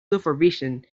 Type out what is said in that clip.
supervision